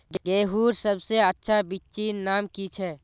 गेहूँर सबसे अच्छा बिच्चीर नाम की छे?